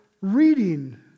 reading